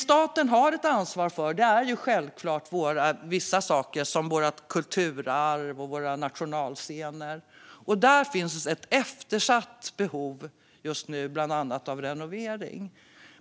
Staten har självklart ett ansvar för vårt kulturarv och våra nationalscener. Där finns ett eftersatt behov just nu av bland annat renovering.